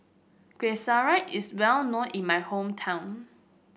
Kuih Syara is well known in my hometown